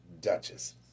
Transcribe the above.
duchess